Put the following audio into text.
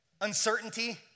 Uncertainty